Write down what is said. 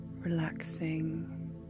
relaxing